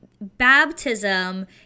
baptism